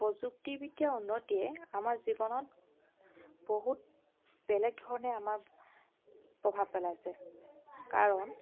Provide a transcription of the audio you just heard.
প্ৰযুক্তিবিদ্যাৰ উন্নতিয়ে আমাৰ জীৱনত বহুত বেলেগ ধৰণে আমাৰ প্ৰভাৱ পেলাইছে কাৰণ